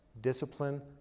discipline